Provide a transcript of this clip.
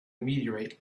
meteorite